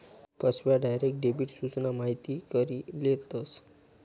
फसव्या, direct debit सूचना माहिती करी लेतस